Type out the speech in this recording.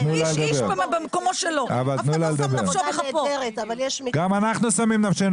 איש איש במקומו שלו, אף אחד לא שם נפשו בכפו.